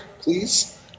please